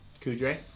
Kudre